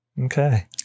Okay